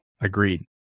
Agreed